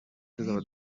tuzaba